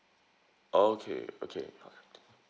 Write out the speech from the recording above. okay okay alright